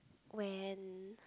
when